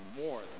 more